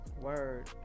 Word